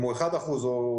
אם הוא 1% או